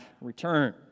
return